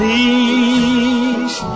Please